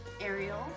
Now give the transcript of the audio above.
Ariel